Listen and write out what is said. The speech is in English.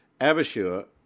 Abishua